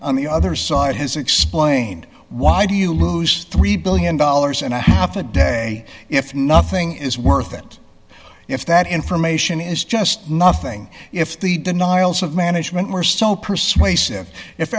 on the other side has explained why do you lose three billion dollars and a half a day if nothing is worth it if that information is just nothing if the denials of management were so persuasive if